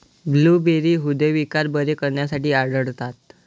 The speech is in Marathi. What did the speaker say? ब्लूबेरी हृदयविकार बरे करण्यासाठी आढळतात